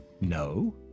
No